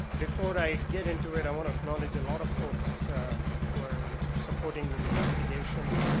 before i get into it, i want to acknowledge a lot of folks who are sporting this investigation,